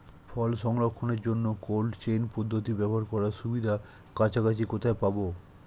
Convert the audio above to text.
ফল সংরক্ষণের জন্য cold chain পদ্ধতি ব্যবহার করার সুবিধা কাছাকাছি কোথায় পাবো?